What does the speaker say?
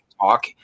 talk